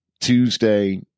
Tuesday